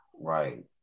Right